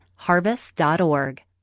Harvest.org